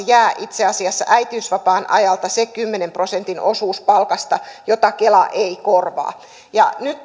jää itse asiassa äitiysvapaan ajalta se kymmenen prosentin osuus palkasta jota kela ei korvaa nyt